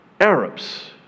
Arabs